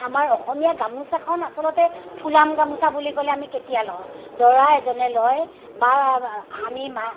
আমাৰ অসমীয়া গামোচাখন আচলতে ফুলাম গামোচা বুলি ক'লে আমি কেতিয়া লওঁ দৰা এজনে লয় বা আমি